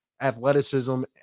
Athleticism